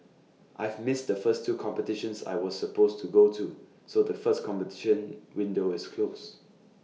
I've missed the first two competitions I was supposed to go to so the first competition window is closed